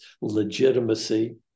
legitimacy